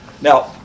Now